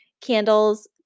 candles